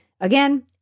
Again